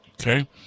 okay